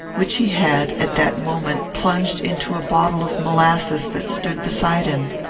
which he had, at that moment, plunged into a bottle of molasses that stood beside him.